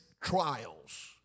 trials